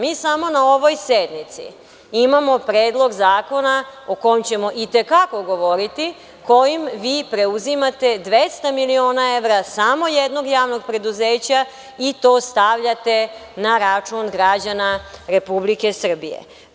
Mi samo na ovoj sednici imamo predlog zakona o kom ćemo i te kako govoriti, kojim vi preuzimate 200 miliona evra, samo jednog javnog preduzeća i to stavljate na račun građana Republike Srbije.